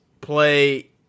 play